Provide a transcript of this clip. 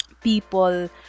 people